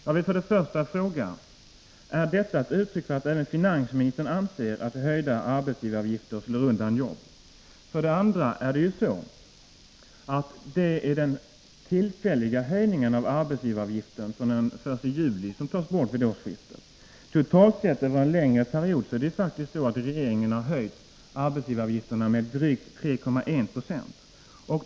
Jag vill därför fråga: Är detta ett uttryck för att även finansministern anser att höjda arbetsgivaravgifter slår undan jobb? Dessutom är det ju den tillfälliga höjningen av arbetsgivaravgiften som skall tas bort vid årsskiftet. Sett över en längre period har regeringen faktiskt höjt arbetsgivaravgifterna med drygt 3,1 Zo.